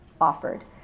offered